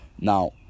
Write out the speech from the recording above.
Now